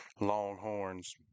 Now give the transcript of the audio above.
Longhorns